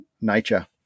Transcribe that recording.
nature